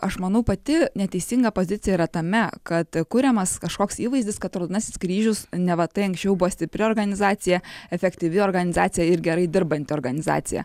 aš manau pati neteisinga pozicija yra tame kad kuriamas kažkoks įvaizdis kad raudonasis kryžius neva tai anksčiau buvo stipri organizacija efektyvi organizacija ir gerai dirbanti organizacija